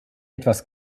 etwas